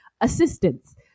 Assistance